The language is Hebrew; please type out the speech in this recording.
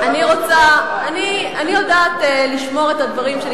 אני יודעת לשמור את הדברים שלי.